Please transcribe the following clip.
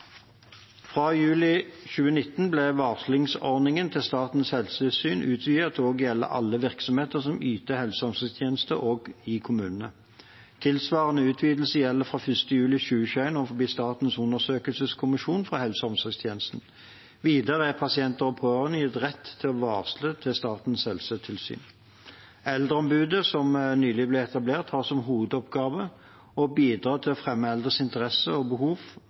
Fra juli 2019 ble varslingsordningen til Statens helsetilsyn utvidet til også å gjelde alle virksomheter som yter helse- og omsorgstjenester i kommunene. Tilsvarende utvidelse gjelder fra 1. juli 2021 overfor Statens undersøkelseskommisjon for helse- og omsorgstjenesten. Videre er pasienter og pårørende gitt rett til å varsle til Statens helsetilsyn. Eldreombudet, som nylig ble etablert, har som hovedoppgave å bidra til å fremme eldres interesser og behov